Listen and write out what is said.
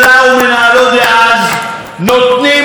לא מעניקים את ההנחה שהציבור ראוי לה